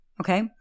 Okay